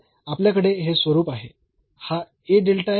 तर आपल्याकडे हे स्वरूप आहे हा आणि आहे